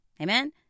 Amen